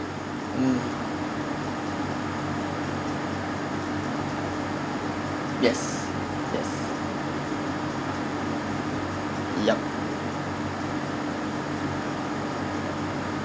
mm yes yes yup